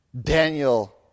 Daniel